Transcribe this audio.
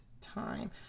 time